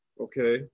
Okay